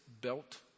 belt